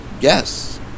Yes